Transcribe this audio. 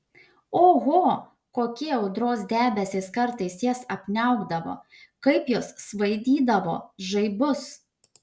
oho kokie audros debesys kartais jas apniaukdavo kaip jos svaidydavo žaibus